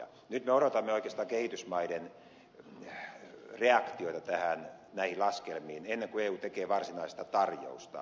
nyt me odotamme oikeastaan kehitysmaiden reaktioita näihin laskelmiin ennen kuin eu tekee varsinaista tarjousta